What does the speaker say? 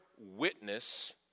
witness